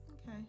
Okay